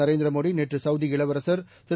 நரேந்திர மோடி நேற்று சவுதி இளவரசர் திரு